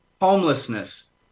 homelessness